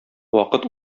вакыт